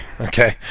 okay